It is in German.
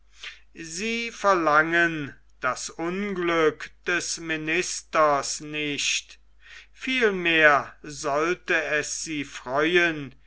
sie verlangen das unglück des ministers nicht vielmehr sollte es sie freuen